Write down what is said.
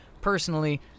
Personally